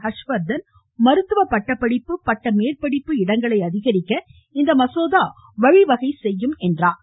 ஹர்ஷ்வர்த்தன் மருத்துவ பட்டப்படிப்பு பட்டமேற்படிப்பு இடங்களை அதிகரிக்க இம்மசோதா வழிவகை செய்யும் என்றார்